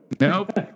Nope